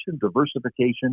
diversification